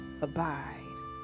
abide